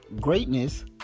greatness